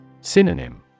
Synonym